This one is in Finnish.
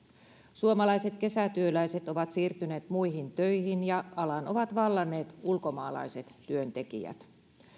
suomalaiset kesätyöläiset ovat siirtyneet muihin töihin ja alan ovat vallanneet ulkomaalaiset työntekijät